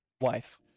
wife